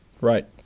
Right